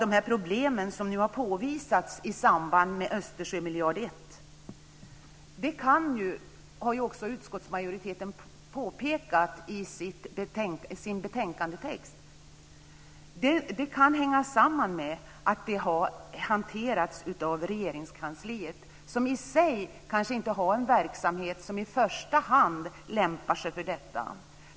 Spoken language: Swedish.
Flera av problemen som har påvisats i samband med Östersjömiljard 1 kan hänga samman med att frågan har hanterats av Regeringskansliet, som i sig inte har någon verksamhet som i första hand lämpar sig för det.